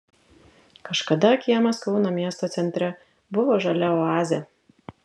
kažkada kiemas kauno miesto centre buvo žalia oazė